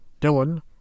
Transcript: Dylan